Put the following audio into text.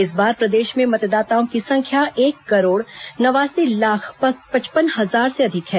इस बार प्रदेश में मतदाताओं की संख्या एक करोड़ नवासी लाख पचपन हजार से अधिक है